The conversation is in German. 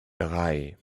drei